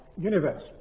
universe